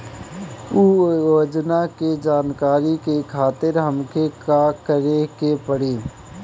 उ योजना के जानकारी के खातिर हमके का करे के पड़ी?